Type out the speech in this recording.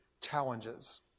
challenges